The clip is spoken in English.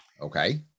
Okay